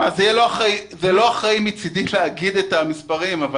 זה לא אחראי מצדי לומר את המספרים אבל